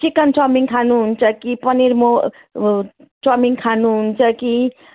chicken chowmein खानुहुन्छ कि पनिर मो चाउमिन खानुहुन्छ कि